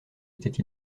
étaient